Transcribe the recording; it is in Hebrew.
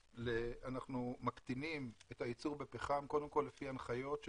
אנחנו מקטינים את הייצור בפחם קודם כל לפי הנחיות של